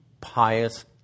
pious